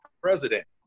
president